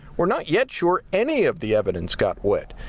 we're not yet sure any of the evidence got wet.